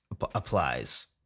applies